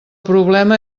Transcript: problema